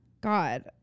God